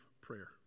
prayer